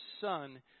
son